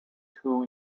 two